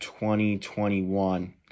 2021